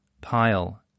pile